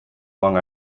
long